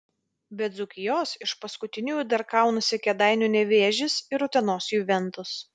be dzūkijos iš paskutiniųjų dar kaunasi kėdainių nevėžis ir utenos juventus